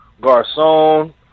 Garcon